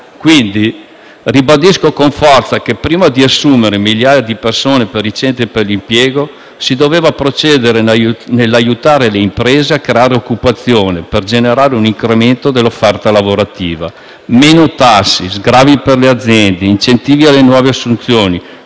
quindi con forza che, prima di assumere migliaia di persone per i centri per l'impiego, si doveva procedere nell'aiutare le imprese a creare occupazione, per generare un incremento dell'offerta lavorativa. Meno tasse, sgravi per le aziende, incentivi alle nuove assunzioni: